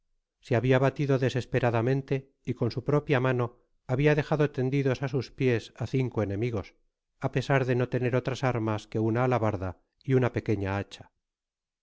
se habia batido desesperadamente y con su propia mano habia dejado tendidos á sus pies á cinco enemigos á pesar de no tener otras armas que una alabarda y una pequeña hacha